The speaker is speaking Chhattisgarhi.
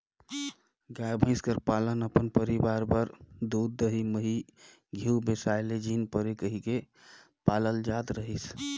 गाय, भंइस कर पालन अपन परिवार बर दूद, दही, मही, घींव बेसाए ले झिन परे कहिके पालल जात रहिस